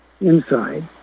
inside